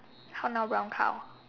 how now brown cow